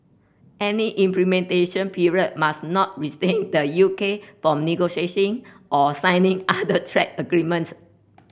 any implementation period must not restrain the U K from negotiating or signing other trade agreements